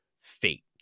fate